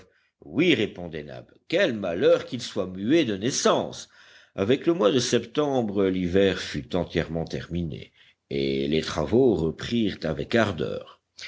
oui répondait nab quel malheur qu'il soit muet de naissance avec le mois de septembre l'hiver fut entièrement terminé et les travaux reprirent avec ardeur